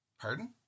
Pardon